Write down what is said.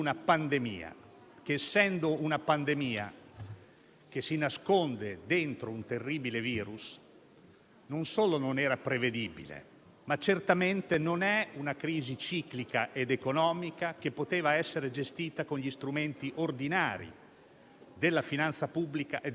comunità. Ci sentiamo rappresentati dalle misure che il Governo ha introdotto per attraversare questa crisi, perché dobbiamo fare un salto di qualità nel tenere insieme la gestione dell'emergenza con un più preciso progetto per uscire dall'emergenza stessa e dalla crisi.